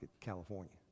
california